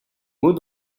mots